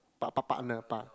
pa~ pa~ partner part~